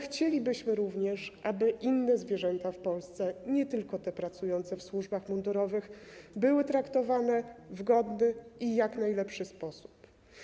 Chcielibyśmy jednak, aby również inne zwierzęta w Polsce, nie tylko te pracujące w służbach mundurowych, były traktowane w godny i jak najlepszy sposób.